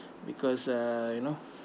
because uh you know